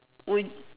we